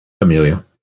Amelia